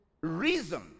reason